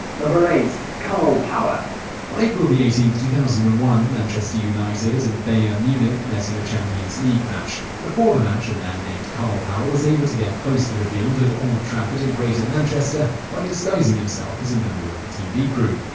eight. karl power on april eighteen, two thousand and one, manchester united and bayern munich met in a champions league match. before the match, a man named karl power was able to get close to the field at old trafford in greater manchester by disguising himself as a member of the tv crew.